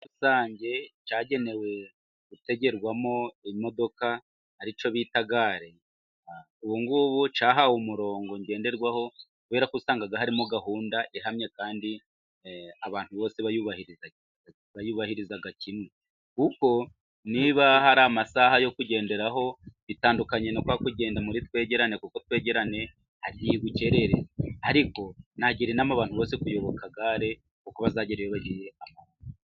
..rusange cyagenewe gutegerwamo imodoka ari cyo bita gare. Ubu ngubu cyahawe umurongo ngenderwaho kubera ko usanga harimo gahunda ihamye, kandi abantu bose bayubahiriza kimwe, kuko niba hari amasaha yo kugenderaho, bitandukanye na kwa kugenda muri twegerane kuko twegeraneranye hari igihe igukerereza. Ariko nagira inama abantu bose kuyoboka gare kuko, bazagera iyo bagiye amahoro.